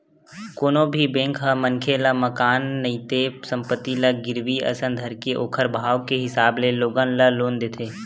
कोनो भी बेंक ह मनखे ल मकान नइते संपत्ति ल गिरवी असन धरके ओखर भाव के हिसाब ले लोगन ल लोन देथे